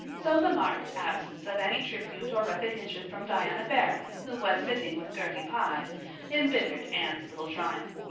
so the marked absence of any tribute or recognition from diana barry who was sitting with gertie pye embittered anne's little triumph.